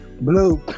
blue